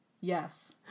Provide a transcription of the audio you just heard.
yes